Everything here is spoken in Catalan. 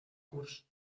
curs